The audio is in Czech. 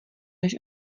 než